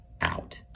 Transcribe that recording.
out